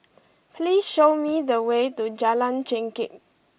please show me the way to Jalan Chengkek